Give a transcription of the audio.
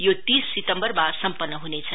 यो तीस सितम्बरमा सम्पन्नम हुनेछ